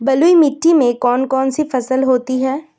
बलुई मिट्टी में कौन कौन सी फसल होती हैं?